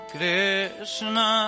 Krishna